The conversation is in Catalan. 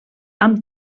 amb